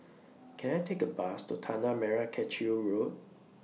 Can I Take A Bus to Tanah Merah Kechil Road